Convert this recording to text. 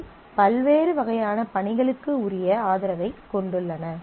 அவை பல்வேறு வகையான பணிகளுக்கு உரிய ஆதரவைக் கொண்டுள்ளன